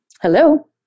Hello